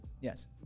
Yes